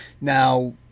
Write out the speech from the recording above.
Now